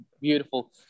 beautiful